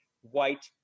white